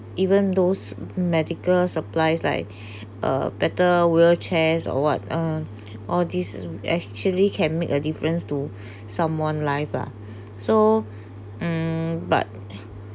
even those medical supplies like uh better wheelchairs or what uh all these actually can make a difference to someone life lah so mm but